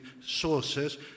sources